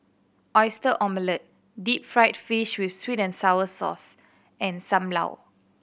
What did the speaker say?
Oyster Omelette deep fried fish with sweet and sour sauce and Sam Lau